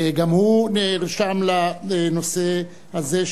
גם הוא נרשם לנושא הזה,